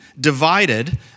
divided